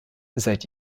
seit